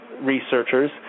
researchers